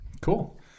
Cool